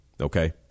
Okay